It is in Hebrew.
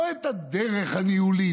לא את הדרך הניהולית.